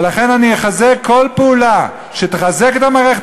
ולכן אני מחזק כל פעולה שתחזק את המערכת